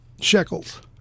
shekels